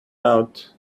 out